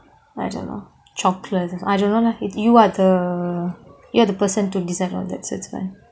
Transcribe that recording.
I don't know chocolates I don't know lah you are the you are the person to decide on that so it's fine